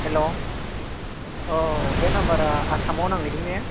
hello अ बे नाम्बारआ आसामाव नांहैदों ने